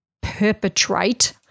perpetrate